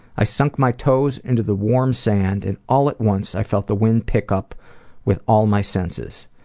i sunk my toes into the warm sand and all at once i felt the wind pick up with all my senses.